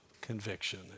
conviction